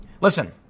Listen